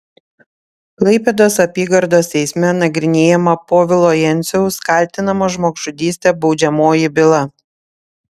klaipėdos apygardos teisme nagrinėjama povilo jenciaus kaltinamo žmogžudyste baudžiamoji byla